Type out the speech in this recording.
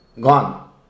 gone